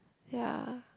ya